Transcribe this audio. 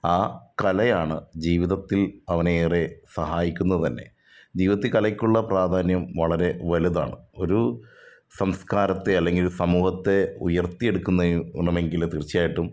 ആ കലയാണ് ജീവിതത്തിൽ അവനെയേറെ സഹായിക്കുന്നത് തന്നെ ജീവിതത്തിൽ കലയ്ക്കുള്ള പ്രാധാന്യം വളരെ വലുതാണ് ഒരു സംസ്കാരത്തെ അല്ലെങ്കിൽ സമൂഹത്തെ ഉയർത്തി എടുക്കുന്നത് വേണമെങ്കില് തീർച്ചയായിട്ടും